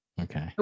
Okay